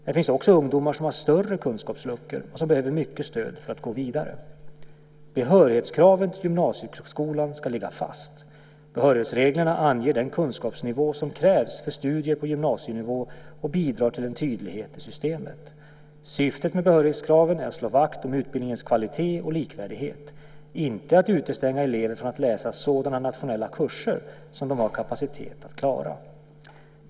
Det finns också ungdomar som har större kunskapsluckor och som behöver mycket stöd för att gå vidare. Behörighetskraven till gymnasieskolan ska ligga fast. Behörighetsreglerna anger den kunskapsnivå som krävs för studier på gymnasienivå och bidrar till en tydlighet i systemet. Syftet med behörighetskraven är att slå vakt om utbildningens kvalitet och likvärdighet - inte att utestänga elever från att läsa sådana nationella kurser som de har kapacitet att klara.